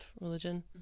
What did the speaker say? Religion